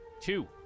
two